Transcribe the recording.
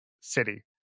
city